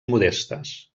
modestes